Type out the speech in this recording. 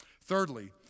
Thirdly